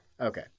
Okay